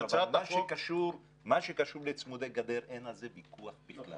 אבל במה שקשור לצמודי גדר, אין על זה ויכוח בכלל.